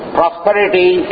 prosperity